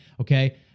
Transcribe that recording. Okay